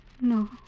No